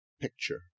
picture